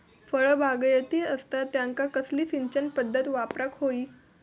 फळबागायती असता त्यांका कसली सिंचन पदधत वापराक होई?